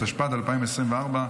התשפ"ד 2024,